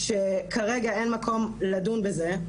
שכרגע אין מקום דון בזה,